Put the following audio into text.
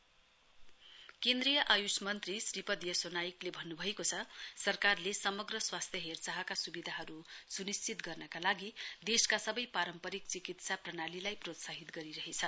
Ayush minister केन्द्रीय आयुष मन्त्री श्रीपद् यसो नाइकले भन्नुभएको छ सरकारले समग्र स्वास्थ्य हेरचारका सुविधाहरू सुनिश्चित गर्नका लागि देशका सबै पारम्परिक चिकित्सा प्रणालीलाई प्रोत्साहित गरिरहेछ